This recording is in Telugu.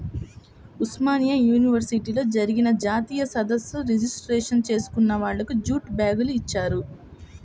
ఉస్మానియా యూనివర్సిటీలో జరిగిన జాతీయ సదస్సు రిజిస్ట్రేషన్ చేసుకున్న వాళ్లకి జూటు బ్యాగుని ఇచ్చారు